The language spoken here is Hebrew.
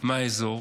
מהאזור